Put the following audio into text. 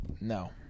No